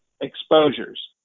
exposures